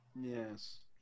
Yes